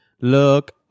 Look